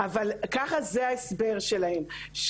אבל ככה זה ההסבר שלהם,